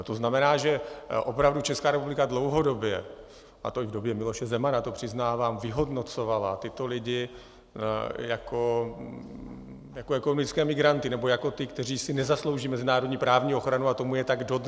To znamená, že opravdu Česká republika dlouhodobě, a to i v době Miloše Zemana, to přiznávám, vyhodnocovala tyto lidi jako ekonomické migranty nebo jako ty, kteří si nezaslouží mezinárodní právní ochranu, a tomu je tak dodnes.